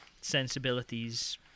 sensibilities